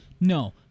No